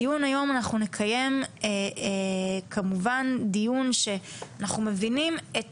היום נקיים דיון שאנחנו מבינים את